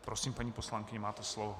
Prosím, paní poslankyně, máte slovo.